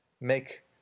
make